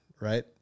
right